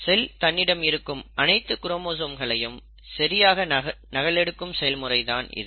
செல் தன்னிடம் இருக்கும் அனைத்து குரோமோசோம்களையும் சரியாக நகலெடுக்கும் செயல்முறை தான் இது